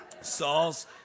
Saul's